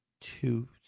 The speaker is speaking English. two